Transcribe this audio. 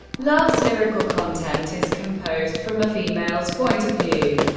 love's lyrical content is composed from a female's point of view,